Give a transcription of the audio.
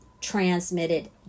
transmitted